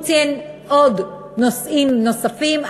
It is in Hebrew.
הוא ציין עוד נושאים נוספים,